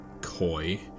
coy